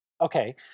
Okay